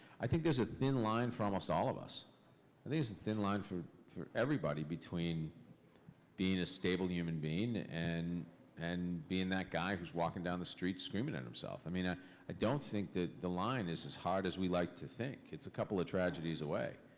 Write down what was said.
i think there's a thin line for almost all of us. i think there's a thin line for for everybody between being a stable human being and and being that guy who's walking down the street screaming at himself. i mean i i don't think that the line is as hard as we like to think. it's a couple of tragedies away.